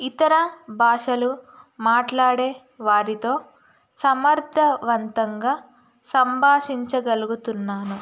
ఇతర భాషలు మాట్లాడే వారితో సమర్థవంతంగా సంభాషించగలుగుతున్నాను